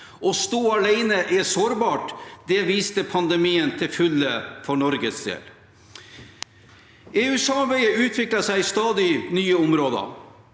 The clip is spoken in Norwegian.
Å stå alene er sårbart. Det viste pandemien til fulle for Norges del. EU-samarbeidet utvikler seg på stadig nye områder.